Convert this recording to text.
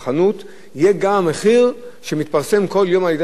זה יהיה גם המחיר שמתפרסם כל יום על-ידי משרד החקלאות,